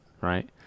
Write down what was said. Right